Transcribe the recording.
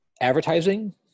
advertising